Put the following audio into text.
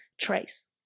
Trace